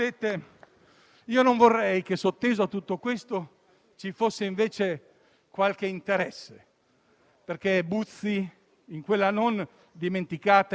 Il diritto vero è quello di poter rimanere a casa propria, quindi con piani di investimento intelligenti operiamo in quella direzione. Ci sono Paesi,